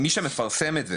מי שמפרסם את זה